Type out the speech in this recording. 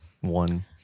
one